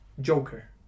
Joker